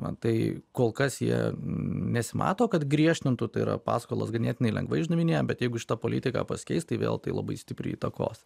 na tai kol kas jie nesimato kad griežtintų tai yra paskolas ganėtinai lengvai išdavinėja bet jeigu šita politika pasikeis tai vėl tai labai stipriai įtakos